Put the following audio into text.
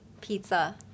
pizza